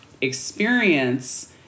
experience